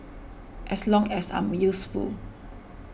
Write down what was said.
as long as I'm useful